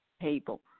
table